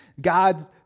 God